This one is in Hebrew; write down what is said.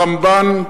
הרמב"ן,